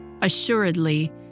Assuredly